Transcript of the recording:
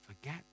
Forget